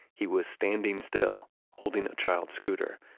he was standing still holding a child's scooter.